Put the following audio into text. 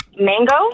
mango